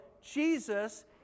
Jesus